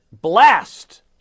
blast